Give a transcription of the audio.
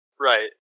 Right